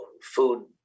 food